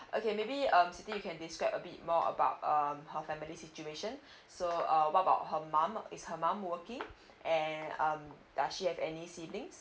okay maybe um siti you can describe a bit more about um her family situation so uh what about her mum is her mum working and um does she have any siblings